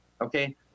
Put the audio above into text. Okay